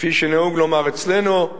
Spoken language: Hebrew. כפי שנהוג לומר אצלנו,